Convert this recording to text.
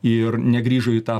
ir negrįžo į tą